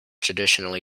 traditionally